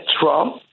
Trump